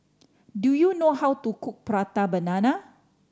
do you know how to cook Prata Banana